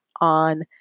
on